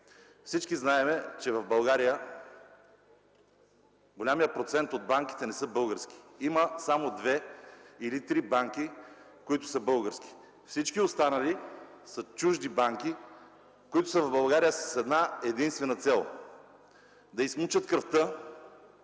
всички знаем, че в България голям процент от банките не са български. Има само две или три банки, които са български. Всички останали са чужди банки, които са в България с една-единствена цел – да изсмучат кръвта